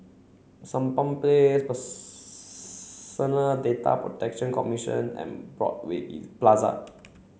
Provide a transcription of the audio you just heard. Sampan Place Data Protection Commission and Broadway Plaza